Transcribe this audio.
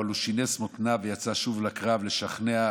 אבל למרות הכול הוא שינס מותניו ויצא שוב לקרב לשכנע,